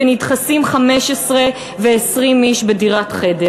שנדחסים 15 ו-20 איש בדירת חדר.